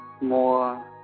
more